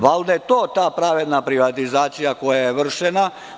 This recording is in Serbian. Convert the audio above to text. Valjda je to ta pravedna privatizacija koja je vršena.